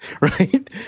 right